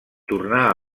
tornà